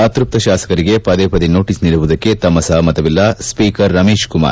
ಅತೃಪ್ತ ಶಾಸಕರಿಗೆ ಪದೇ ಪದೇ ನೋಟಸ್ ನೀಡುವುದಕ್ಕೆ ತಮ್ಮ ಸಹಮತವಿಲ್ಲ ಸ್ವೀಕರ್ ರಮೇಶ್ ಕುಮಾರ್